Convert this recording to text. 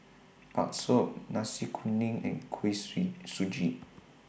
Bakso Nasi Kuning and Kuih Sui Suji